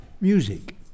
Music